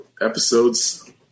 episodes